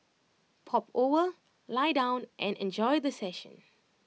pop over lie down and enjoy the session